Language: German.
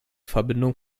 verbindung